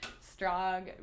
strong